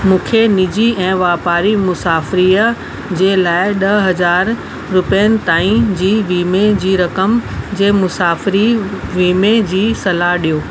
मूंखे निजी ऐं वापारी मुसाफ़िरीअ जे लाइ ॾह हज़ार रुपियनि ताईं जी वीमे जी रक़म जे मुसाफ़िरी वीमे जी सलाहु ॾियो